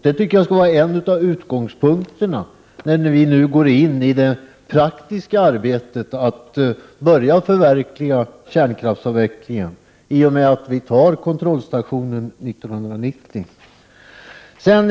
Det tycker jag skall vara en av utgångspunkterna när vi nu går in i det praktiska arbetet att förverkliga beslutet om kärnkraftsavveckling i och med att vi fattar beslut som kontrollstationen 1990.